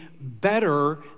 better